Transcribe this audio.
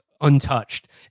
untouched